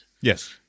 Yes